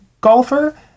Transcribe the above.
golfer